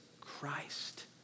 Christ